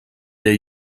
der